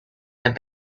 their